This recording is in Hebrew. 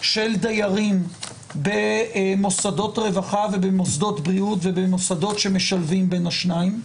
של דיירים במוסדות רווחה ובמוסדות בריאות ובמוסדות שמשלבים בין השניים.